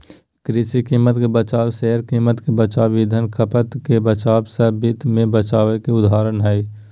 कृषि कीमत के बचाव, शेयर कीमत के बचाव, ईंधन खपत के बचाव सब वित्त मे बचाव के उदाहरण हय